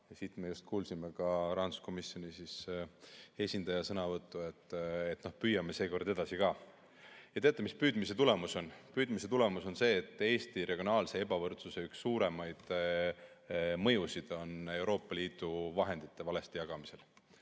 siin me just kuulsime ka rahanduskomisjoni esindaja sõnavõttu, et püüame seekord edasi ka. Ja teate, mis püüdmise tulemus on? Püüdmise tulemus on see, et Eesti regionaalse ebavõrdsuse üks suuremaid mõjutajaid on Euroopa Liidu vahendite valesti jagamine. Sisuliselt